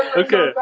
okay,